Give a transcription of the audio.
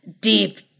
deep